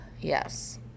Yes